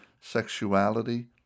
sexuality